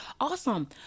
Awesome